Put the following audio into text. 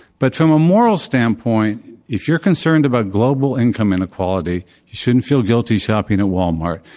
but from a moral standpoint, if you're concerned about global income inequality, you shouldn't feel guilty shopping at walmart.